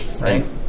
Right